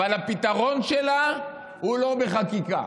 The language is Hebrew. אבל הפתרון שלה הוא לא בחקיקה.